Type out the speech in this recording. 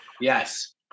Yes